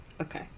Okay